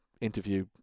interview